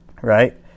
right